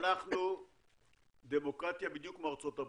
אנחנו דמוקרטיה בדיוק כמו ארצות הברית,